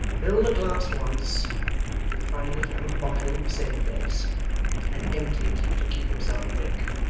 fill the glass once you'll find it and the bottle in the same place and empty it to keep yourself awake